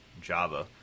Java